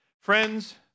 friends